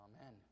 amen